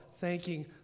thanking